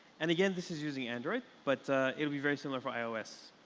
and again, this is using android, but it'd be very similar for ios.